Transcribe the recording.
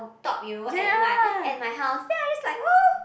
top you know at my at my house then I just like oh